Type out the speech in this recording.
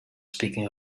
speaking